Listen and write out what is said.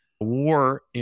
war